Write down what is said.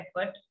effort